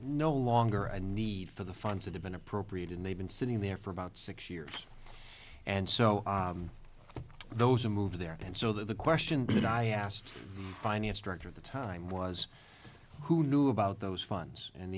no longer a need for the funds that have been appropriated and they've been sitting there for about six years and so those move there and so the question that i asked the finance director of the time was who knew about those funds and